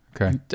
Okay